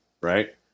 right